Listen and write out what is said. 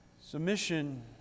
Submission